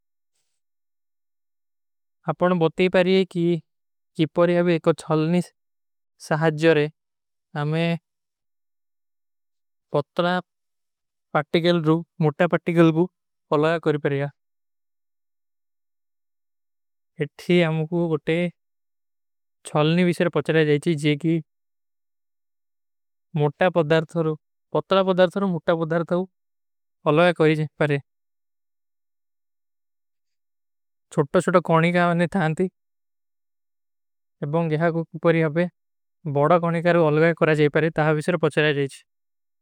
ଆପନୋଂ ବତୀ ପାରେଂ କି କୀ ପରିଯାଭେ ଏକ ଛଲନୀ ସହାଜର ଆମେ ପତ୍ରା ପାର୍ଟିକଲ ଭୂ, ମୁଟା ପାର୍ଟିକଲ ଭୂ ଅଲଗା କରୀ ପାରେଂ ଇଠୀ ଆମକୋ ଓଟେ ଛଲନୀ ଵିସେର ପଚାରେଂ ଜାଏଚୀ, ଜେ କୀ ମୁଟା ପାର୍ଟିକଲ ଭୂ, ପତ୍ରା ପାର୍ଟିକଲ ଭୂ, ମୁଟା ପାର୍ଟିକଲ ଭୂ ଅଲଗା କରୀ ଜାଏଚୀ, ଛୋଟୋ ଛୋଟୋ କାଣିକା ଥାନତୀ, ଏବଂ ଗହା କୁପରୀ ଆପେ ବଡା କାଣିକା ରୂ ଅଲଗା କରା ଜାଏଚୀ, ତହାଂ ଵିସେର ପଚାରେଂ ଜାଏଚୀ।